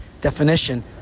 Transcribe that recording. definition